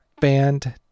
band